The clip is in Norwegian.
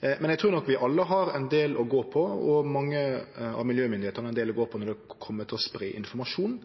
Men eg trur nok vi alle har ein del å gå på, og mange av miljømyndigheitene har ein del å gå på når det kjem til å spreie informasjon.